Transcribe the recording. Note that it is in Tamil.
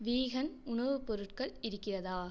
வீகன் உணவுப் பொருட்கள் இருக்கிறதா